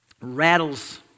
rattles